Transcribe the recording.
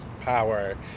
power